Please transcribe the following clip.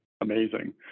amazing